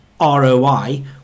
ROI